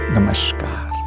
Namaskar